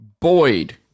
Boyd